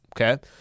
Okay